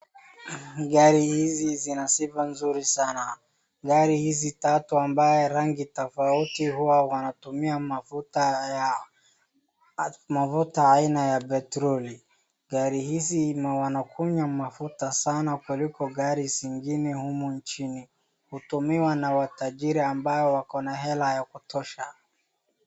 Gari hizi zina sifa nzuri sana. Gari hizi tatu ambao rangi tofauti huwa wanatumia mafuta ya aina ya petroli. Gari hizi wanakunywa mafuta sana kuliko gari zingine humu nchini, hutumiwa na watajiri wako na hera ya kutosha.